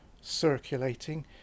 circulating